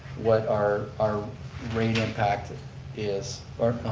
what our our rate unpacked is.